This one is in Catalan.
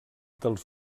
dels